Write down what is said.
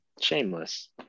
Shameless